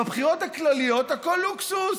בבחירות הכלליות הכול לוקסוס,